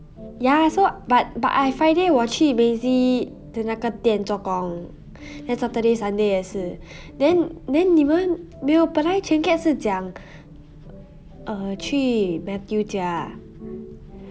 ya so but but I friday 我去 busy 的那个店做工 then saturday sunday 也是 then then 你们没有本来 chin kiat 是讲 err 去 matthew 家